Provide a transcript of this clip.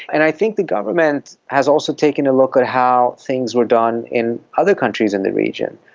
and i think the government has also taken a look at how things were done in other countries in the region.